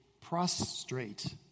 prostrate